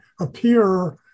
appear